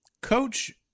Coach